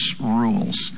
rules